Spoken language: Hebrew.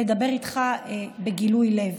לדבר איתך בגילוי לב.